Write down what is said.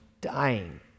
dying